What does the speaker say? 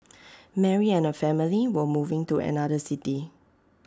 Mary and her family were moving to another city